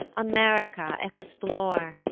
america explore,